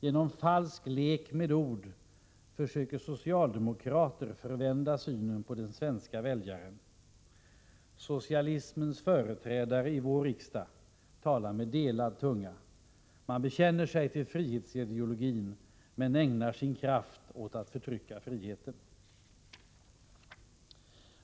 Genom falsk lek med ord försöker socialdemokraterna förvända synen på den svenska väljaren. Socialismens företrädare i riksdagen talar med delad tunga — de bekänner sig till frihetsideologin, men ägnar sin kraft åt att förtrycka friheten.